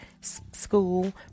school